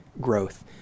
growth